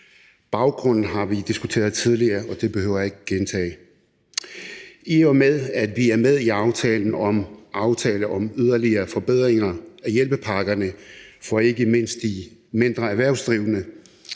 Baggrunden har vi diskuteret tidligere, og den behøver jeg ikke gentage. I og med at vi er med i aftalen om yderligere forbedringer af hjælpepakkerne for ikke mindst de mindre erhvervsdrivende